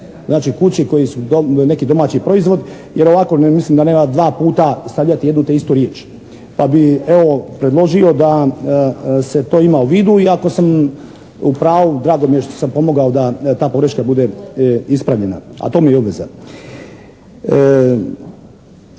znači kući koji su neki domaći proizvod jer ovako mislim da nema dva puta stavljati jednu te istu riječ, pa bih evo predložio da se to ima u vidu i ako sam u pravu drago mi je što sam pomogao da ta pogreška bude ispravljena, a to mi je i obveza.